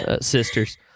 sisters